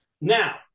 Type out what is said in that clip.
Now